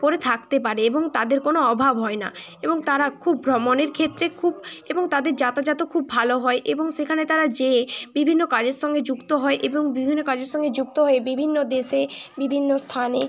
পরে থাকতে পারে এবং তাদের কোনো অভাব হয় না এবং তারা খুব ভ্রমণের ক্ষেত্রে খুব এবং তাদের যাতায়াতও খুব ভালো হয় এবং সেখানে তারা যেয়ে বিভিন্ন কাজের সঙ্গে যুক্ত হয় এবং বিভিন্ন কাজের সঙ্গে যুক্ত হয়ে বিভিন্ন দেশে বিভিন্ন স্থানে